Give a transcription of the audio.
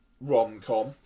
rom-com